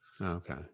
Okay